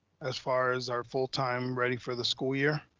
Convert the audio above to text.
as far as our full time ready for the school year?